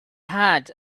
had